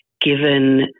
given